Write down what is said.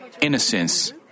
innocence